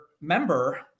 member